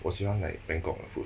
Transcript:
我喜欢 like 的 bangkok 的 food